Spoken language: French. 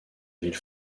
ville